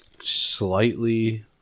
slightly